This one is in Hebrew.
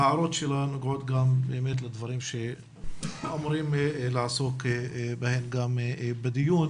ההערות שלה נוגעות גם לדברים שאמורים לעסוק בהם גם בדיון,